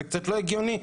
זה קצת לא הגיוני.